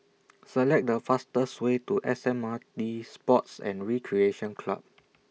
Select The fastest Way to S M R T Sports and Recreation Club